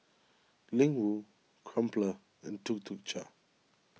Ling Wu Crumpler and Tuk Tuk Cha